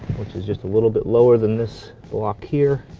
which is just a little bit lower than this block here